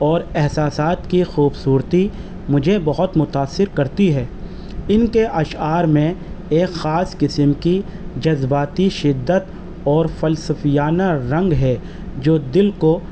اور احساسات کی خوبصورتی مجھے بہت متاثر کرتی ہے ان کے اشعار میں ایک خاص قسم کی جذباتی شدت اور فلسفیانہ رنگ ہے جو دل کو